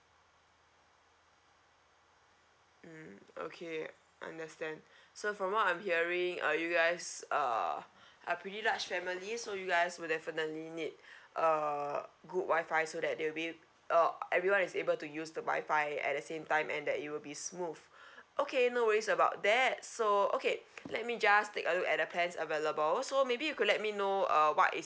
mm okay understand so from what I'm hearing uh you guys uh are pretty large family so you guys will definitely need uh good wifi so that there will be uh everyone is able to use the wifi at the same time and that it'll be smooth okay no worries about that so okay let me just take a look at the plans available so maybe you could let me know uh what is